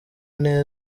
nta